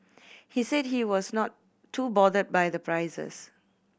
he said he was not too bothered by the prices